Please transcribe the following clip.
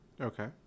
Okay